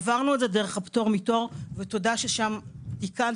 עברנו את זה דרך הפטור מתור ותודה ששם תיקנתם,